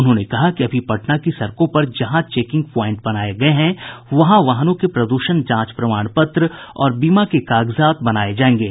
उन्होंने कहा कि अभी पटना की सड़कों पर जहां चेकिंग प्वाइंट बनाये गये हैं वहां वाहनों के प्रद्षण जांच प्रमाण पत्र और बीमा के कागजात बनाये जायेंगे